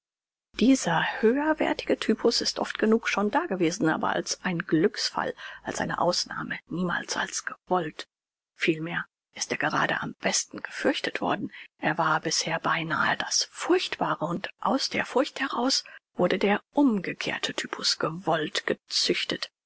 dieser höherwerthigere typus ist oft genug schon dagewesen aber als ein glücksfall als eine ausnahme niemals als gewollt vielmehr ist er gerade am besten gefürchtet worden er war bisher beinahe das furchtbare und aus der furcht heraus wurde der umgekehrte typus gewollt gezüchtet